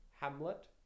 Hamlet